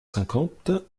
cinquante